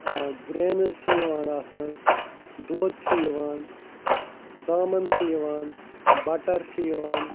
grains چھ یِوان اتھ مَنٛز دۄد چھ یِوان ژامَن چھِ یِوان بَٹَر چھ یِوان